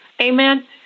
Amen